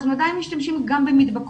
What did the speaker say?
אנחנו עדיין משתמשים גם במדבקות.